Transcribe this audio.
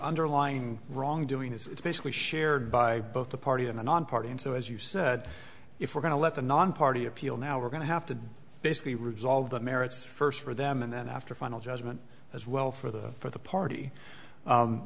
underlying wrongdoing it's basically shared by both the party and the non party and so as you said if we're going to let the nonparty appeal now we're going to have to basically resolve the merits first for them and then after final judgment as well for the for the